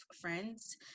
friends